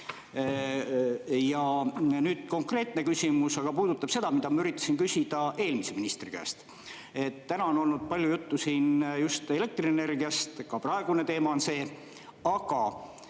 rääkida. Konkreetne küsimus aga puudutab seda, mida ma üritasin küsida eelmise ministri käest. Täna on olnud palju juttu siin just elektrienergiast, see on ka praegune teema. Aga